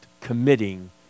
committing